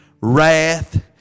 wrath